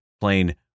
plain